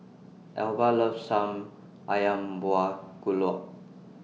Elba loves Some Ayam Buah